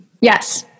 Yes